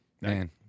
Man